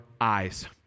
eyes